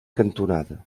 cantonada